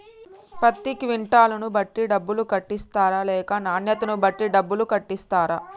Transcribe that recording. పత్తి క్వింటాల్ ను బట్టి డబ్బులు కట్టిస్తరా లేక నాణ్యతను బట్టి డబ్బులు కట్టిస్తారా?